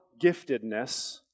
giftedness